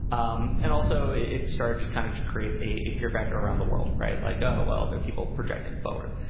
um and also it started to kind of create a fear factor around the world. right. like, ah well, that people projecting forward.